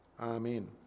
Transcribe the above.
Amen